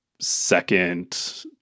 second